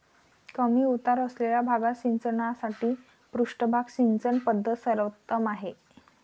कमी उतार असलेल्या भागात सिंचनासाठी पृष्ठभाग सिंचन पद्धत सर्वोत्तम आहे